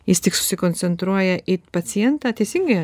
jis tik susikoncentruoja į pacientą teisingai